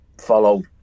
follow